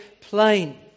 plain